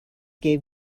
gave